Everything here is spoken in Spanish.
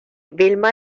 vilma